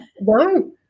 No